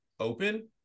open